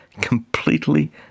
completely